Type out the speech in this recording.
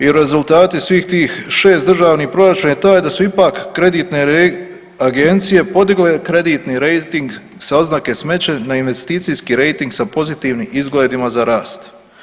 I rezultati svih tih 6 državnih Proračuna je taj da su ipak kreditne agencije podigle kreditni rejting sa oznake smeće, na investicijski rejting sa pozitivnim izgledima za rast.